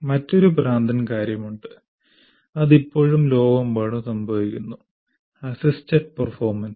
മറ്റൊരു ഭ്രാന്തൻ കാര്യമുണ്ട് അത് ഇപ്പോഴും ലോകമെമ്പാടും സംഭവിക്കുന്നു അസ്സിസ്റ്റഡ് പെർഫോമൻസ്